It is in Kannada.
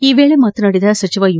ಈ ವೇಳೆ ಮಾತನಾಡಿದ ಸಚಿವ ಯು